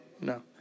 no